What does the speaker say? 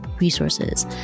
resources